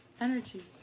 Energy